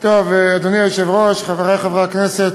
אדוני היושב-ראש, חברי חברי הכנסת,